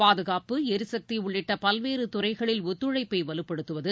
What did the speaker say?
பாதுகாப்பு எரிசக்தி உள்ளிட்ட பல்வேறு துறைகளில் ஒத்துழைப்பை வலுப்படுத்துவது